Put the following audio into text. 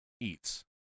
eats